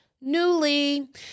Newly